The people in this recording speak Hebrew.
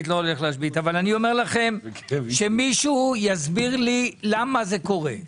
המקומי כלל לא משתתף בישובים שלא יכולים